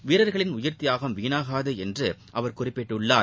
வீரர்களின் உயிர்த்தியாகம் வீணாகாது என்று அவர் குறிப்பிட்டுள்ளார்